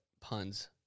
puns